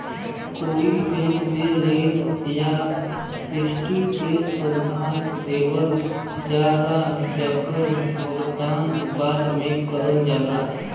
कई बैंक में लोन या ऋण क सुविधा देवल जाला जेकर भुगतान बाद में करल जाला